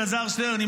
אלעזר שטרן,